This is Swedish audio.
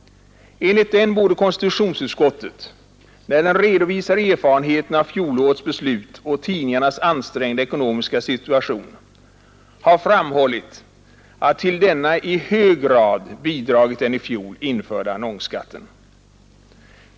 Enligt den borde konstitutionsutskottet, när det redovisar erfarenheterna av fjolårets beslut och tidningarnas ansträngda ekonomiska situation, ha framhållit att till denna i hög grad bidragit den i fjol införda annonsskatten.